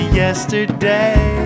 yesterday